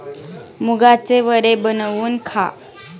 मुगाचे वडे बनवून खा